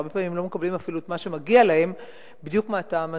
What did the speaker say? הרבה פעמים הם לא מקבלים אפילו את מה שמגיע להם בדיוק מהטעם הזה.